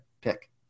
pick